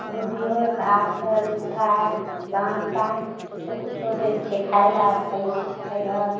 दुभिओ घास किछु किछु दै छिए खाइलए खाइ खाइ ह य